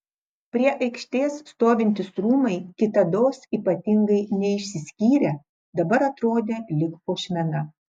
prie aikštės stovintys rūmai kitados ypatingai neišsiskyrę dabar atrodė lyg puošmena